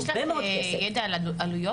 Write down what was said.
יש לך ידע על עלויות?